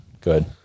good